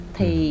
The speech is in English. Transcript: Thì